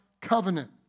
covenant